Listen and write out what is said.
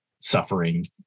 suffering